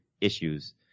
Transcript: issues